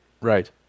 right